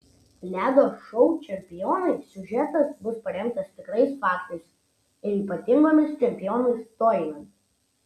ledo šou čempionai siužetas bus paremtas tikrais faktais ir ypatingomis čempionų istorijomis